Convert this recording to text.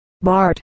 Bart